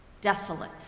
desolate